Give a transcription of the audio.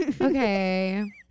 Okay